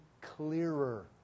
clearer